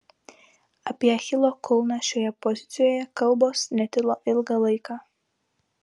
apie achilo kulną šioje pozicijoje kalbos netilo ilgą laiką